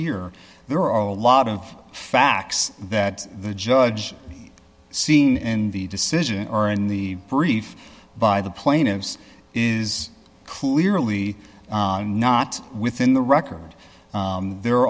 here there are a lot of facts that the judge seen in the decision or in the brief by the plaintiffs is clearly not within the record there